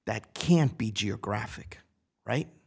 that can't be geographic right